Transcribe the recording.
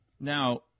Now